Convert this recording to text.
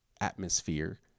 atmosphere